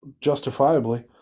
justifiably